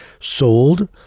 sold